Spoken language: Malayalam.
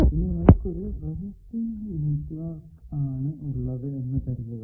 ഇനി നമുക്ക് ഒരു റെസിസ്റ്റീവ് നെറ്റ്വർക്ക് ആണ് ഉള്ളത് എന്ന് കരുതുക